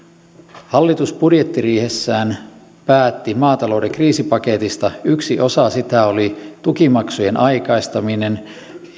hallitus budjettiriihessään päätti maatalouden kriisipaketista yksi osa sitä oli tukimaksujen aikaistaminen